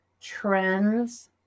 trends